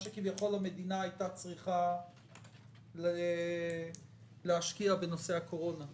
שכביכול המדינה הייתה צריכה להשקיע בנושא הקורונה?